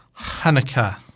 Hanukkah